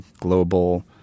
global